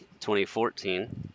2014